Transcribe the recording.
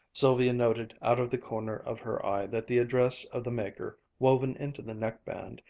sylvia noted out of the corner of her eye that the address of the maker, woven into the neckband,